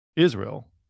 Israel